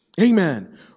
Amen